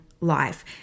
life